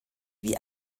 wie